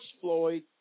Floyd